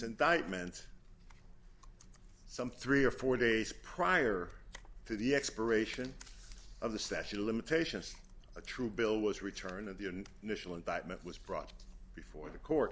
indictments some three or four days prior to the expiration of the statute of limitations a true bill was returned and the and initial indictment was brought before the court